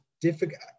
difficult